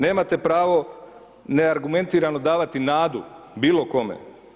Nemate pravo neargumentirano davati nadu, bilo kome.